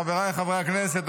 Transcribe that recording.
חבריי חברי הכנסת,